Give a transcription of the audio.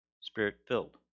spirit-filled